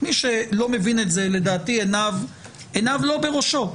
מי שלא מבין את זה, לדעתי עיניו לא בראשו.